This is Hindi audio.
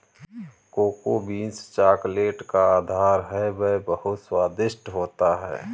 कोको बीन्स चॉकलेट का आधार है वह बहुत स्वादिष्ट होता है